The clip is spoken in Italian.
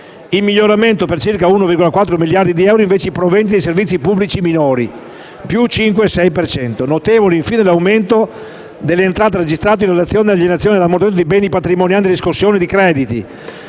In miglioramento per circa 1,4 miliardi di euro sono invece i proventi dei servizi pubblici minori (+5,6 per cento). Notevole, infine, è l'aumento delle entrate registrate in relazione all'alienazione ed ammortamento di beni patrimoniali e riscossione di crediti,